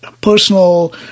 personal